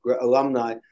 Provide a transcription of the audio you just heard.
alumni